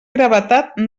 gravetat